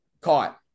caught